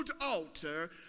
altar